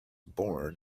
born